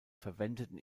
verwendeten